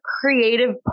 creative